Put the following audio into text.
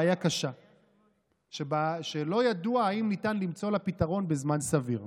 בעיה קשה שלא ידוע אם ניתן למצוא לה פתרון בזמן סביר.